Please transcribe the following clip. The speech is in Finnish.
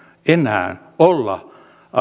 enää olla